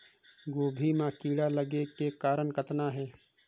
गोभी म कीड़ा लगे के कारण कतना हे?